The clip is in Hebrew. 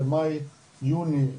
זה מאי-יוני,